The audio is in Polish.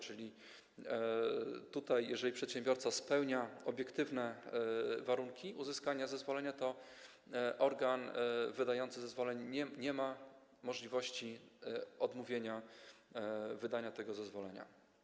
Czyli jeżeli przedsiębiorca spełnia obiektywne warunki uzyskania zezwolenia, to organ wydający zezwolenia nie ma możliwości odmówienia wydania tego zezwolenia.